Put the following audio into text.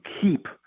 keep